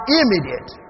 immediate